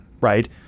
Right